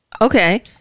okay